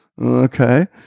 okay